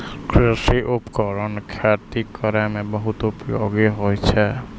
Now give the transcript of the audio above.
कृषि उपकरण खेती करै म बहुत उपयोगी होय छै